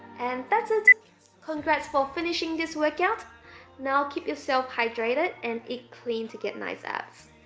and that's it congrats for finishing this workout now keep yourself hydrated and eat clean to get nice abs